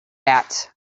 that